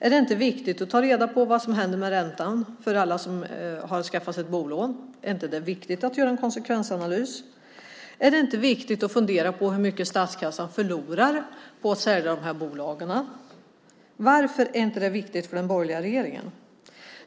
Är det inte viktigt att ta reda på vad som händer med räntan för alla som har skaffat sig ett bolån? Är det inte viktigt att göra en konsekvensanalys? Är det inte viktigt att fundera på hur mycket statskassan förlorar på att sälja de här bolagen? Varför är det inte viktigt för den borgerliga regeringen?